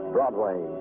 Broadway